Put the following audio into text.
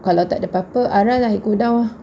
kalau tak ada apa-apa aral I go down ah